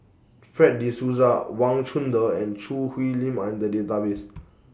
Fred De Souza Wang Chunde and Choo Hwee Lim Are in The Database